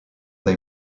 they